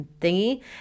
thingy